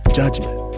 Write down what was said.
judgment